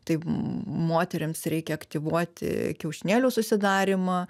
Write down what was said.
tai moterims reikia aktyvuoti kiaušinėlio susidarymą